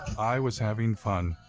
i was having fun.